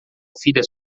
filha